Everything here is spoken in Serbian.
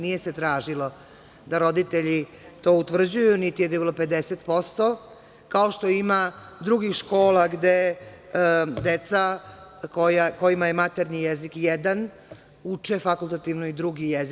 Nije se tražilo da roditelji to utvrđuju, niti je trebalo 50%, kao što ima drugih škola gde deca kojima je maternji jezik jedan uče fakultativno i drugi jezik.